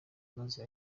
maze